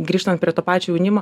grįžtant prie to pačio jaunimo